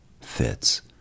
Fits